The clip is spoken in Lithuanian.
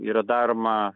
yra daroma